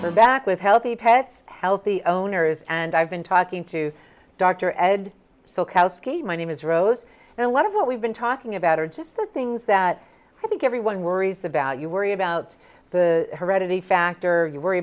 we're back with healthy pets healthy owners and i've been talking to dr ed so koski my name is rose and a lot of what we've been talking about are just the things that i think everyone worries about you worry about the heredity factor you worry